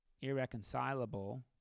irreconcilable